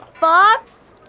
Fox